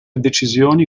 decisioni